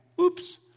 oops